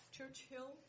Churchill